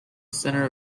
center